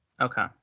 Okay